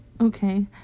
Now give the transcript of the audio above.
Okay